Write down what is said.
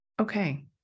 Okay